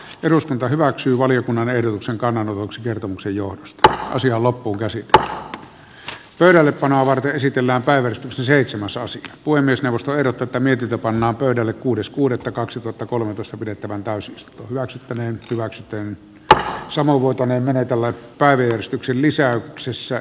eduskunta hyväksyy valiokunnan ehdotuksen kannalla vox kertomuksen johdosta asia loppuun ja siitä pöydällepanoa varten esitellään päivä seitsemäsosa puhemiesneuvosto ei tätä mietitä pannaan pöydälle kuudes kuudetta kaksituhattakolmetoista pidettävään täysistunto hyväksyttäneen hyväksytään tähksamo voitaneen menetellä päivystyksen lisäyksessä